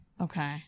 Okay